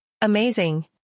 Amazing